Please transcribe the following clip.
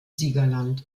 siegerland